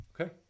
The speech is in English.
Okay